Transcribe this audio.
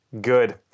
Good